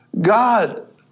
God